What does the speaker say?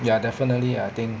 ya definitely ah I think